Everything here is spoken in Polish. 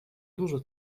dużo